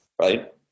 right